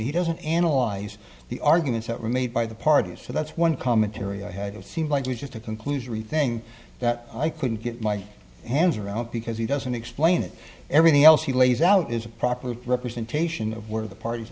he doesn't analyze the arguments that were made by the parties so that's one commentary i had it seemed like just a conclusion thing that i couldn't get my hands around because he doesn't explain it everything else he lays out is a proper representation of where the part